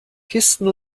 kisten